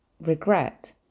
Regret